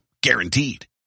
guaranteed